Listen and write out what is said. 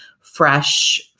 fresh